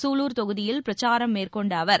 சூலூர் தொகுதியில் பிரச்சாரம் மேற்கொண்ட அவர்